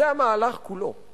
זה המהלך כולו.